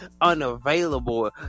unavailable